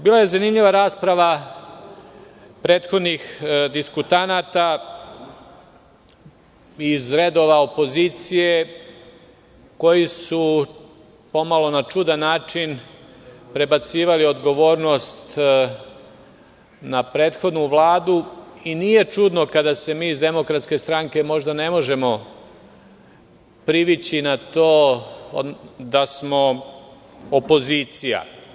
Bila je zanimljiva rasprava prethodnih diskutanata iz redova opozicije koji su pomalo na čudan način prebacivali odgovornost na prethodnu Vladu i nije čudno kada se mi iz DS možda ne možemo privići na to da smo opozicija.